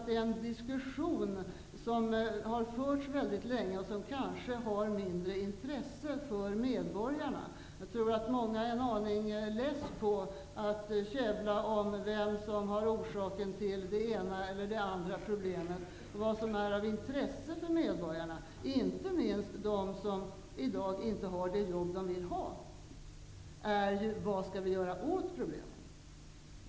Den diskussion som har förts väldigt länge har kanske mindre intresse för medborgarna -- många är nog en aning less på käbblet om vem som är orsak till än det ena än det andra problemet. Vad som däremot är av intresse för medborgarna, inte minst för dem som i dag inte har de jobb som de vill ha, är vad som skall göras åt problemen.